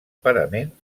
parament